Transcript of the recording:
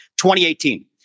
2018